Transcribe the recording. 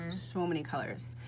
so many colors,